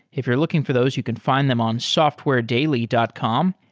if you're looking for those, you can find them on softwaredaily dot com,